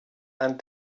and